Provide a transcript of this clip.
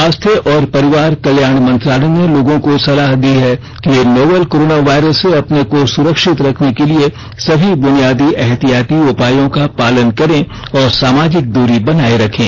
स्वास्थ्य और परिवार कल्याण मंत्रालय ने लोगों को सलाह दी है कि वे नोवल कोरोना वायरस से अपने को सुरक्षित रखने के लिए सभी बुनियादी एहतियाती उपायों का पालन करें और सामाजिक दूरी बनाए रखें